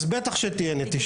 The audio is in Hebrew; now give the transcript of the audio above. אז בטח שתהיה נטישה.